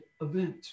event